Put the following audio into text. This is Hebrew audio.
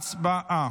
הצבעה.